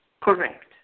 Correct